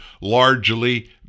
largely